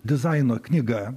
dizaino knyga